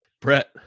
Brett